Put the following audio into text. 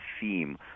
theme